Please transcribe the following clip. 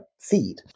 feed